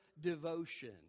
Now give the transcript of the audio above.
devotion